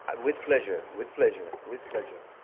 with pleasure, with pleasure, with pleasure.